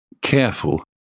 careful